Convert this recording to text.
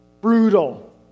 brutal